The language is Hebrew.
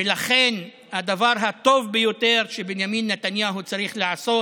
לכן זה הדבר הטוב ביותר שבנימין נתניהו צריך לעשות